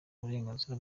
uburenganzira